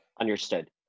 Understood